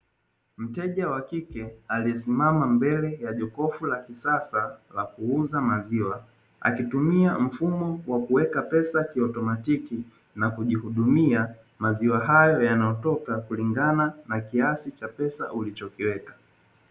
Mteja wa kike aliyesimama mbele ya jokofu la kisasa la kuuza maziwa, akitumia mfumo wa kuweka pesa ki automatiki na kujihudumia maziwa hayo yanayotoka kulingana na kiasi cha pesa ulichokiweka.